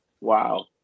Wow